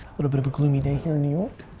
little bit of a gloomy day here in new york.